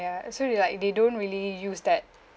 it's already like they don't really use that